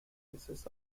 voices